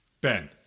Ben